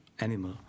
animal